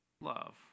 love